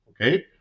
Okay